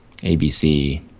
ABC